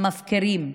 המפקירים,